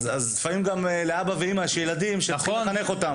אנחנו על הקצה לקראת אסון שמישהו יישרף לנו בתוך היציע,